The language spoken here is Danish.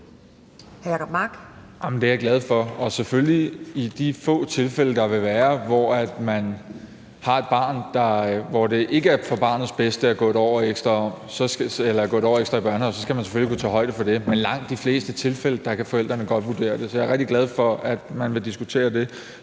Det er jeg glad for. I de få tilfælde, der vil være, hvor der er et barn, hvor det ikke er til barnets bedste at gå et år ekstra i børnehave, skal man selvfølgelig kunne tage højde for det. Men i langt de fleste tilfælde kan forældrene godt vurdere det. Så jeg er rigtig glad for, at man vil diskutere det.